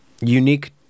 unique